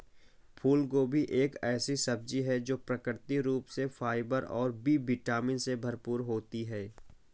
फूलगोभी एक ऐसी सब्जी है जो प्राकृतिक रूप से फाइबर और बी विटामिन से भरपूर होती है